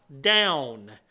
down